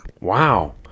Wow